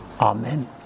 Amen